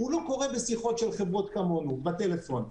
הוא לא קורה בשיחות של חברות כמונו בטלפון.